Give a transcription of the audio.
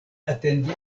atendi